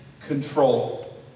control